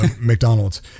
McDonald's